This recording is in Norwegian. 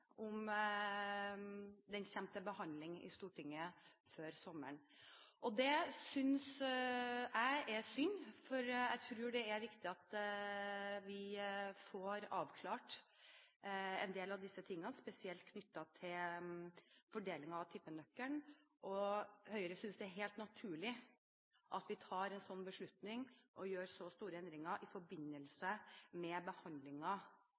den kommer til behandling i Stortinget før sommeren. Det synes jeg er synd, for jeg tror det er viktig at vi får avklart en del av tingene spesielt knyttet til fordeling av tippenøkkelen. Høyre synes det er helt naturlig at vi tar en sånn beslutning og gjør så store endringer i forbindelse med